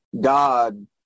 God